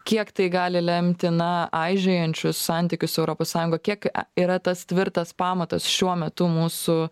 kiek tai gali lemti na aižėjančius santykius su europos sąjunga kiek yra tas tvirtas pamatas šiuo metu mūsų